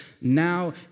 now